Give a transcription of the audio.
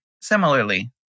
Similarly